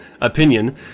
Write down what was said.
opinion